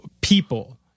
people